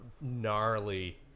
gnarly